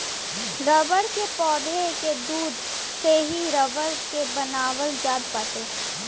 rubber के पौधा के दूध से ही रबर के बनावल जात बाटे